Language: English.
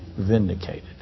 vindicated